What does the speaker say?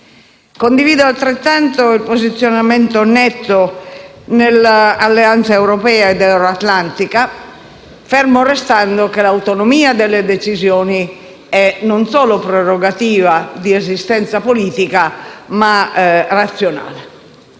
Condivido altrettanto il posizionamento netto nell'alleanza europea ed euro-atlantica, fermo restando che l'autonomia delle decisioni è non solo prerogativa di esistenza politica, ma è razionale.